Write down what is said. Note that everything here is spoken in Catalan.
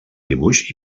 dibuix